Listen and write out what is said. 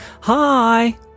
Hi